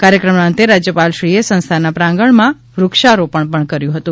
કાર્યક્રમના અંતે રાજ્યપાલશ્રીએ સંસ્થાના પ્રાંગણમાં વૃક્ષારોપણ પણ કર્યું હતું